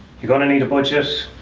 you're going to need a budget.